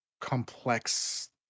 complex